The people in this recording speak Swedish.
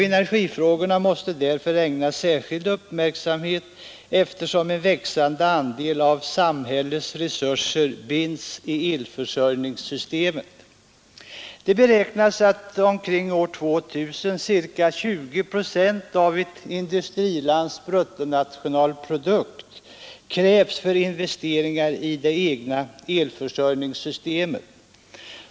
Energifrågorna måste därför ägnas särskild uppmärksamhet, eftersom en växande andel av samhällets resurser binds i elförsörjningssystemet. Det beräknas att omkring år 2000 ca 20 procent av ett industrilands bruttonationalprodukt krävs för investeringar i det egna elförsörjningssystemet.